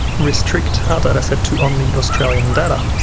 restrict our data set to only australian data.